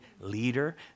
leader